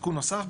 תיקון נוסף.